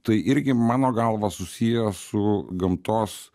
tai irgi mano galva susiję su gamtos